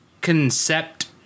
concept